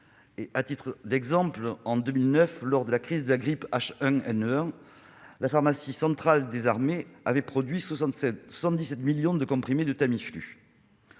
Ainsi, en 2009, lors de la crise de la grippe HIN1, la pharmacie centrale des armées avait produit 77 millions de comprimés de Tamiflu.